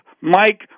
mike